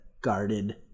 guarded